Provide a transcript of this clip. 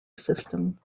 system